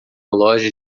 loja